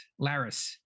Laris